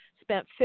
spent